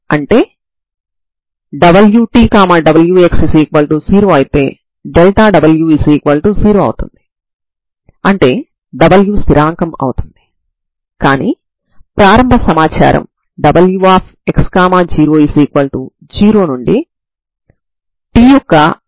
ఇప్పుడు మీరు దీన్ని రెండు వైపులా ఎటువంటి నియమం లేకుండా స్వేచ్ఛగా వదిలి వేయవచ్చు లేదా వాటి కలయికను తీసుకోవచ్చు